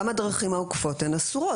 גם הדרכים העוקפות הן אסורות.